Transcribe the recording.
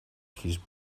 his